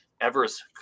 Everest